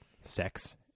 sex